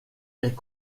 est